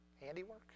handiwork